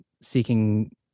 seeking